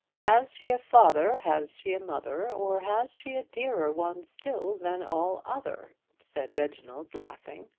has she a father, has she a mother or has she a dearer one still than all other said reginald laughing.